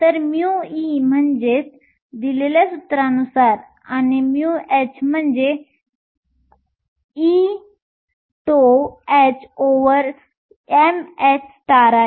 तर μe म्हणजे eeme आणि μh म्हणजेच ehmh आहे